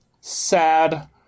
sad